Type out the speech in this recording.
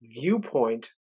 viewpoint